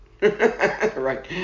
Right